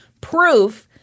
proof